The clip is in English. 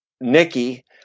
Nikki